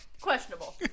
Questionable